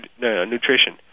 nutrition